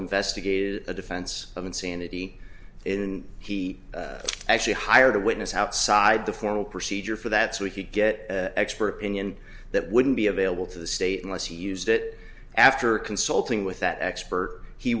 investigated a defense of insanity in he actually hired a witness outside the formal procedure for that so he could get expert opinion that wouldn't be available to the state unless he used it after consulting with that expert he